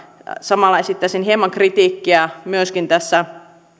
samalla esittäisin hieman kritiikkiä myöskin tässä